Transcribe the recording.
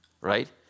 right